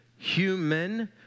Human